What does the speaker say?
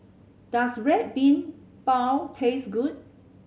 does Red Bean Bao taste good